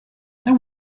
there